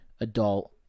adult